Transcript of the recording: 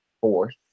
fourth